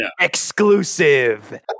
exclusive